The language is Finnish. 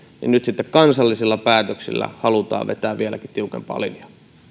nyt sitten kansallisilla päätöksillä halutaan vetää vieläkin tiukempaa linjaa